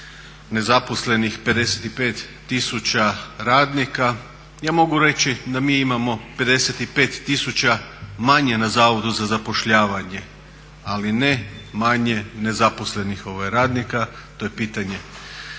nezaposlenih 55 tisuća radnika. Ja mogu reći da mi imamo 55 tisuća manje na Zavodu za zapošljavanje ali ne manje nezaposlenih radnika, to je pitanje